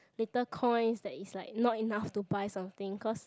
little coin that is like not enough to buy something cause